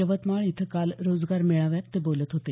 यवतमाळ इथं काल रोजगार मेळाव्यात ते बोलत होते